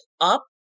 up